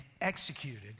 executed